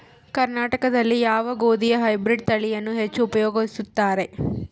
ಕರ್ನಾಟಕದಲ್ಲಿ ಯಾವ ಗೋಧಿಯ ಹೈಬ್ರಿಡ್ ತಳಿಯನ್ನು ಹೆಚ್ಚು ಉಪಯೋಗಿಸುತ್ತಾರೆ?